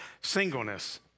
singleness